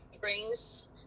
brings